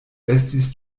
estis